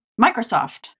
Microsoft